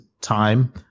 time